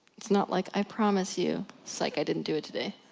it's not like, i promise you. psyche i didn't do it today.